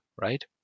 right